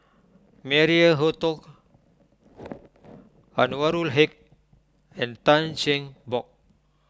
Maria Hertogh Anwarul Haque and Tan Cheng Bock